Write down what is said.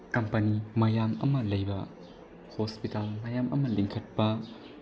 company ꯃꯌꯥꯝ ꯑꯃ ꯂꯩꯕ ꯍꯣꯁꯄꯤꯇꯥꯜ ꯃꯌꯥꯝ ꯑꯃ ꯂꯤꯡꯈꯠꯄ